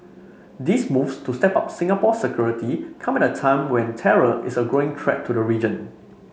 these moves to step up Singapore's security come at a time when terror is a growing threat to the region